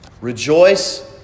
Rejoice